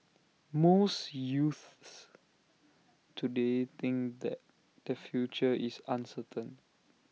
most youths today think that their future is uncertain